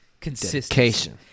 Consistency